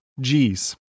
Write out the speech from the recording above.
G's